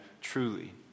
truly